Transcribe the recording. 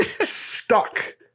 stuck